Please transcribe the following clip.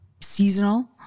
seasonal